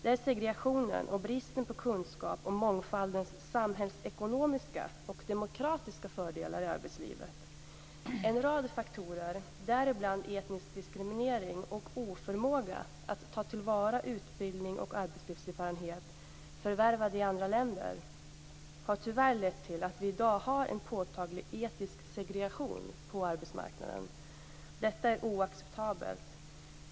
Det är segregationen och bristen på kunskap om mångfaldens samhällsekonomiska och demokratiska fördelar i arbetslivet. En rad faktorer, däribland etnisk diskriminering och oförmåga att ta till vara utbildning och arbetslivserfarenhet förvärvade i andra länder, har tyvärr lett till att vi i dag har en påtaglig etnisk segregation på arbetsmarknaden. Detta är oacceptabelt.